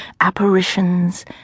apparitions